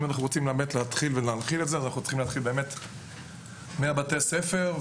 אם אנחנו רוצים להנחיל את זה אנחנו צריכים להתחיל מבתי הספר,